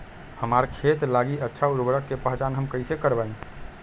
हमार खेत लागी अच्छा उर्वरक के पहचान हम कैसे करवाई?